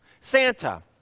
Santa